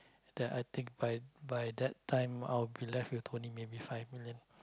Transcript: then I think by by that time I'll be left with only maybe five million